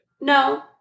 No